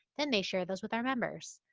then they share those with our members.